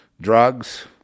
drugs